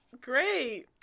great